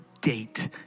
date